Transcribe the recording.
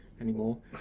anymore